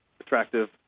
attractive